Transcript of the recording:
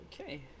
okay